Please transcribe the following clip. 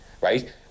right